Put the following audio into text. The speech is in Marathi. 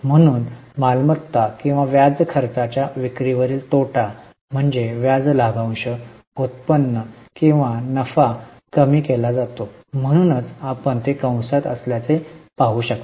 म्हणून मालमत्ता किंवा व्याज खर्चाच्या विक्रीवरील तोटा म्हणजे व्याज लाभांश उत्पन्न किंवा नफा कमी केला जातो म्हणूनच आपण ते कंसात असल्याचे पाहू शकता